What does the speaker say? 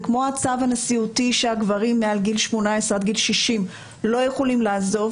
זה כמו הצו הנשיאותי שגברים מעל גיל 18 עד גיל 60 לא יכולים לעזוב.